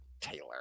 Taylor